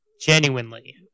genuinely